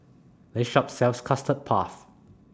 This Shop sells Custard Puff